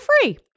free